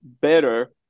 better